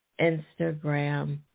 Instagram